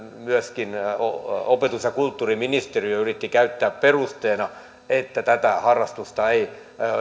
myöskin opetus ja kulttuuriministeriö yritti käyttää perusteena että tätä harrastusta ei